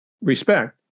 respect